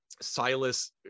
silas